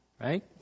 right